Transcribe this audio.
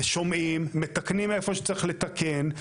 שומעים, מתקנים איפה שצריך לתקן.